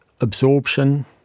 Absorption